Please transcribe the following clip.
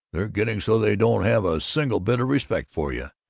they're getting so they don't have a single bit of respect for you.